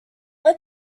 let